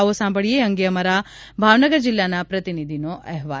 આવો સાંભળીએ એ અંગે અમારા ભાવનગર જિલ્લાના પ્રતિનિધિનો અહેવાલ